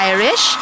Irish